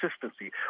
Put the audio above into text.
consistency